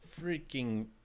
freaking